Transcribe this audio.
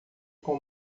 com